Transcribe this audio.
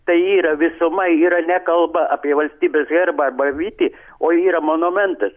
tai yra visuma yra nekalba apie valstybės herbą arba vytį o yra monumentas